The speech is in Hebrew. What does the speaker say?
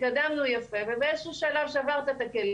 התקדמנו יפה ובאיזה שהוא שלב שברת את הכלים